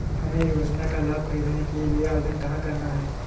हमें योजना का लाभ ख़रीदने के लिए आवेदन कहाँ करना है?